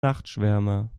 nachtschwärmer